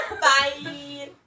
Bye